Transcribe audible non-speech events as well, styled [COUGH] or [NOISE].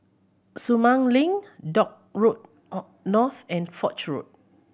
Sumang Link Dock Road [HESITATION] North and Foch Road